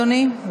אדוני,